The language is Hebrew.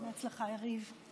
בהצלחה, יריב.